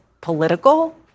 political